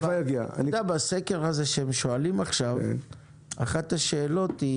אגב, בסקר הזה שהם שואלים עכשיו, אחת השאלות היא